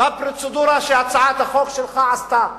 שהצעת החוק שלך עשתה,